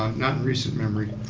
not in recent memory.